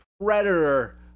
Predator